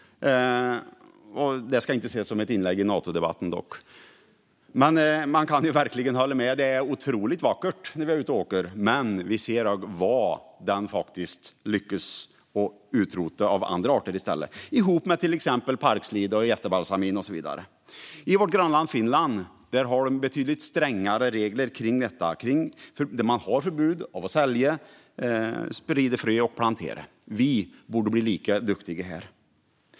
Detta ska inte ses som ett inlägg i Natodebatten. Man kan verkligen hålla med; det är otroligt vackert när vi är ute och åker, men vi ser vilka andra arter den lyckas utrota, tillsammans med till exempel parkslide och jättebalsamin. I vårt grannland Finland har man betydligt strängare regler kring detta. Man har förbud mot att sälja det, sprida frön och plantera det. Vi borde bli lika duktiga här.